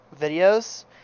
videos